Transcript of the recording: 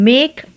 Make